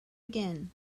again